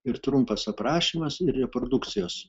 ir trumpas aprašymas ir reprodukcijos